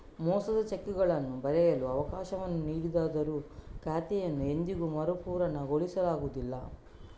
ಮೋಸದ ಚೆಕ್ಗಳನ್ನು ಬರೆಯಲು ಅವಕಾಶವನ್ನು ನೀಡಿದರೂ ಖಾತೆಯನ್ನು ಎಂದಿಗೂ ಮರುಪೂರಣಗೊಳಿಸಲಾಗುವುದಿಲ್ಲ